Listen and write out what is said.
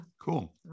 cool